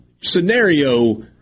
scenario